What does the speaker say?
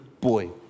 boy